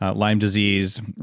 ah lyme disease,